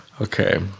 Okay